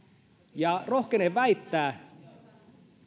ja rohkenen väittää